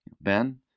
Ben